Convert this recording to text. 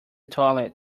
toilet